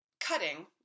cutting